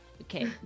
Okay